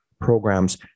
programs